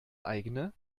eigene